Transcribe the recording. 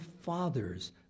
father's